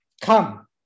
Come